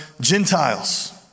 Gentiles